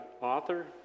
author